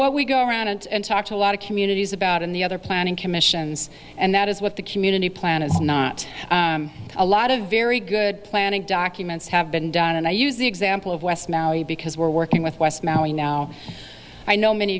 what we go around it and talk to a lot of communities about in the other planning commissions and that is what the community plan is not a lot of very good planning documents have been done and i use the example of west maui because we're working with west maui now i know many